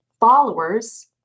followers